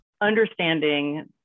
Understanding